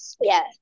Yes